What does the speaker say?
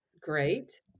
great